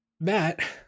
Matt